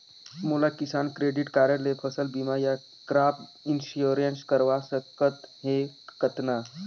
मोला Kisan credit card ले फसल बीमा या क्रॉप इंश्योरेंस करवा सकथ हे कतना?